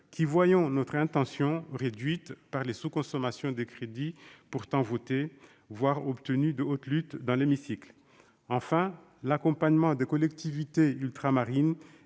qui voyons notre intention contrariée par la sous-consommation de crédits pourtant votés, parfois même obtenus de haute lutte, dans l'hémicycle. L'accompagnement des collectivités ultramarines